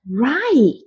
Right